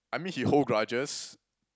I mean he hold grudges